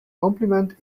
compliment